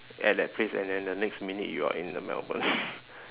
at that place and then the next minute you are in the melbourne